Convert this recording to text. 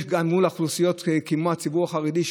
וגם מול אוכלוסיות כמו הציבור החרדי,